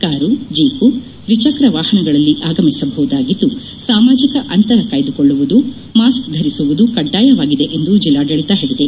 car jeep ದ್ವಿಚಕ್ರ ವಾಹನಗಳಲ್ಲಿ ಆಗಮಿಸಬಹುದಾಗಿದ್ದು ಸಾಮಾಜಿಕ ಅಂತರ ಕಾಯ್ದುಕೊಳ್ಳುವುದು ಮಾಸ್ಕ್ ಧರಿಸುವುದು ಕಡ್ಡಾಯವಾಗಿದೆ ಎಂದು ಜಿಲ್ಲಾಡಳಿತ ಹೇಳಿದೆ